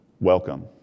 welcome